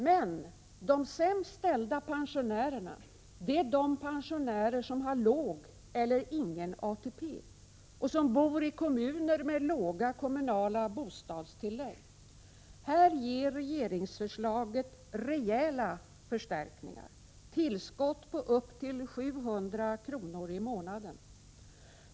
Men de sämst ställda pensionärerna är de pensionärer som har låg eller ingen ATP och som bor i kommuner med låga kommunala bostadstillägg. Här ger regeringsförslaget rejäla förstärkningar, tillskott på upp till 700 kr. i månaden.